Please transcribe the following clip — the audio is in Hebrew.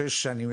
לפחות שש שנים,